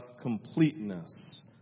completeness